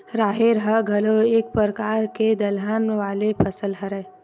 राहेर ह घलोक एक परकार के दलहन वाले फसल हरय